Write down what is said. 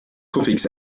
suffix